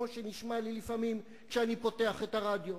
כמו שנשמע לי לפעמים כשאני פותח את הרדיו,